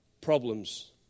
problems